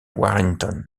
warrington